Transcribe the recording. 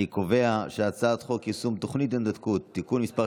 אני קובע שהצעת חוק יישום תוכנית ההתנתקות (תיקון מס'